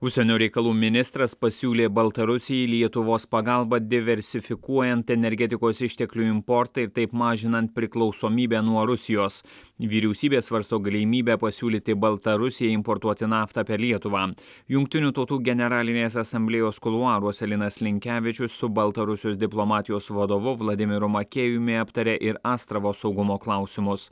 užsienio reikalų ministras pasiūlė baltarusijai lietuvos pagalbą diversifikuojant energetikos išteklių importą ir taip mažinant priklausomybę nuo rusijos vyriausybė svarsto galimybę pasiūlyti baltarusijai importuoti naftą per lietuvą jungtinių tautų generalinės asamblėjos kuluaruose linas linkevičius su baltarusijos diplomatijos vadovu vladimiru makėjumi aptarė ir astravo saugumo klausimus